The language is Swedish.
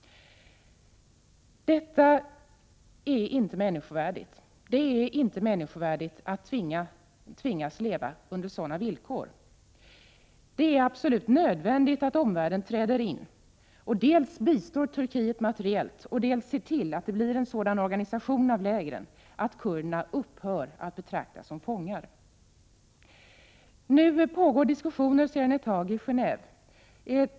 Det är inte människovärdigt att tvingas leva under sådana villkor. Det är absolut nödvändigt att omvärlden träder in och tar sitt ansvar. Man måste bistå Turkiet materiellt och se till att det blir en sådan organisation av lägren att kurderna upphör att betraktas som fångar. Sedan en tid pågår diskussioner i Gentve.